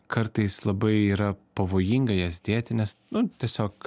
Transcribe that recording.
kartais labai yra pavojinga jas dėti nes nu tiesiog